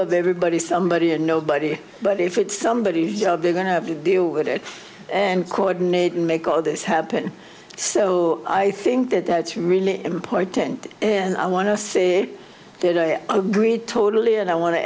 of everybody somebody and nobody but if it's somebody they're going to have to deal with it and coordinate and make all this happen so i think that that's really important and i want to say that i agree totally and i want to